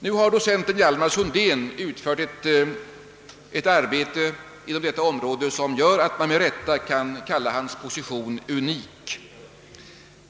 Nu har docent Hjalmar Sundén utfört ett arbete inom detta område som gör att man med rätta kan kalla hans position unik.